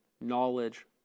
knowledge